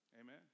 Amen